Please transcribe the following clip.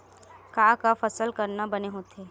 का का फसल करना बने होथे?